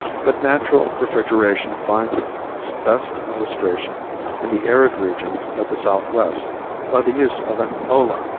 but natural refrigeration find its best illustration in the arid regions of the southwest by the use of an olla,